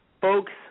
Folks